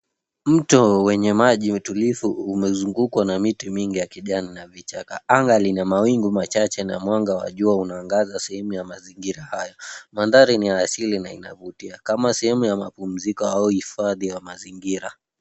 Mto wenye maji tulivu umezungukwa na miti mingi ya kijani na vichaka. Anga lina mawingu machache na mwanga wa jua unaangaza sehemu ya mazingira haya. Mandhari ni ya asili na unaovutia, kama sehemu ya mapumziko au hifadhi ya mazingira.